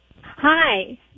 Hi